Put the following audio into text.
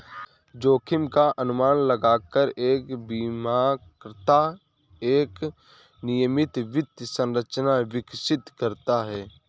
जोखिम का अनुमान लगाकर एक बीमाकर्ता एक नियमित वित्त संरचना विकसित करता है